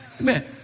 Amen